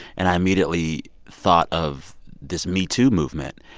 and i immediately thought of this metoo movement.